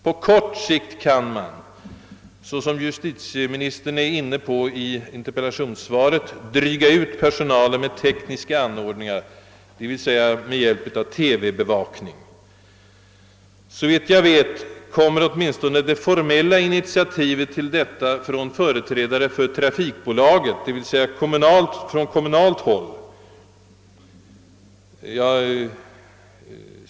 På kort sikt kan man, såsom justitie-, ministern antytt i interpellationssvaret, dryga ut personalen med användande av tekniska anordningar, d.v.s. med: hjälp av TV-bevakning. Såvitt jag vet kommer åtminstone det formella initiativet till sådan bevakning från företrädare för trafikbolaget, d. v. s. från kommunalt håll.